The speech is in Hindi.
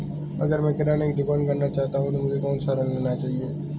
अगर मैं किराना की दुकान करना चाहता हूं तो मुझे कौनसा ऋण लेना चाहिए?